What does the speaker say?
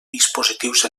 dispositius